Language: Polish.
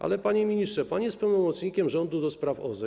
Ale, panie ministrze, pan jest pełnomocnikiem rządu do spraw OZE.